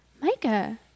Micah